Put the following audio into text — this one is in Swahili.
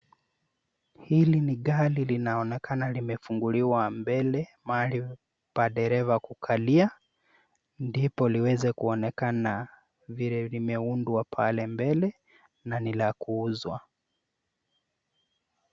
Hili ni gari linaonekana limefunguliwa mbele mahali pa dereva kukalia ndipo liweze kuonekana vile limeundwa pale mbele na ni la kuuzwa.